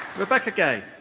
rebecca gay.